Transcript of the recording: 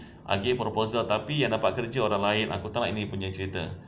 I gave proposal tapi yang dapat kerja orang lain aku tak nak ini punya cerita